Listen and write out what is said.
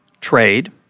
trade